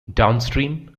downstream